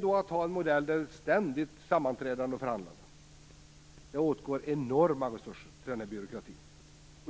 dag kräver alltså ett ständigt sammanträdande och förhandlande. Det åtgår enorma resurser för denna byråkrati.